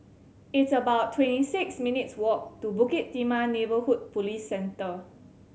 it's about twenty six minutes' walk to Bukit Timah Neighbourhood Police Centre